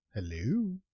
Hello